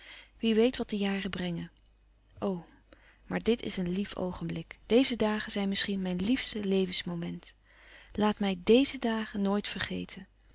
wie weet wat de jaren brengen o maar dit is een lief oogenblik deze dagen zijn misschien mijn liefste levensmoment laat mij déze dagen nooit vergeten